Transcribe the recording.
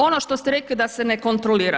Ono što ste rekli da se ne kontrolira.